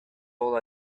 all